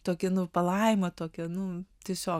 tokį nu palaimą tokią nu tiesiog